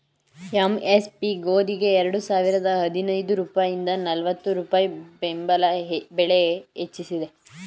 MSP ಗೋದಿಗೆ ಎರಡು ಸಾವಿರದ ಹದಿನೈದು ರೂಪಾಯಿಂದ ನಲ್ವತ್ತು ರೂಪಾಯಿ ಬೆಂಬಲ ಬೆಲೆ ಹೆಚ್ಚಿಸಿದೆ